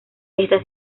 esta